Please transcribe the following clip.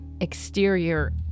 exterior